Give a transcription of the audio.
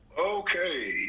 Okay